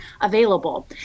available